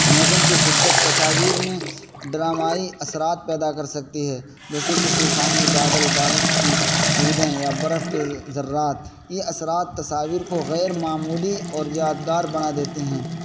موسم کی شدت تصاویر میں ڈرامائی اثرات پیدا کر سکتی ہے جیسے کہ طوفانی بادل بارش کی بوندیں یا برف کے ذرات یہ اثرات تصاویر کو غیر معمولی اور یادگار بنا دیتے ہیں